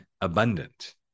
abundant